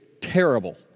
terrible